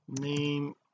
name